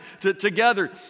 together